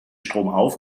stromauf